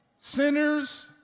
sinners